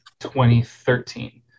2013